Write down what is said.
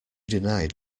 denied